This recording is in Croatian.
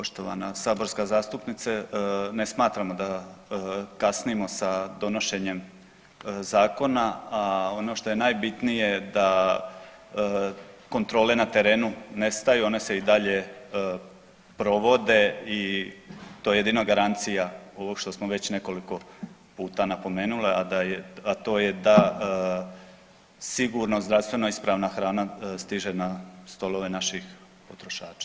Poštovana saborska zastupnice ne smatramo da kasnimo s donošenjem zakona, a ono šta je najbitnije da kontrole na terenu nestaju, one se i dalje provode i to je jedina garancija ovog što smo već nekoliko puta napomenuli a to je da sigurno zdravstveno ispravna hrana stiže na stolove naših potrošača.